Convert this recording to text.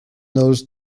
those